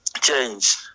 change